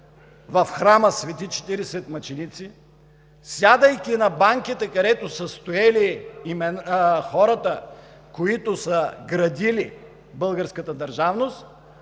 в храма „Свети 40 мъченици“, сядайки на банките, където са стоели хората, които са градили българската държавност,